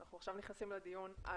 אנחנו עכשיו נכנסים לדיון.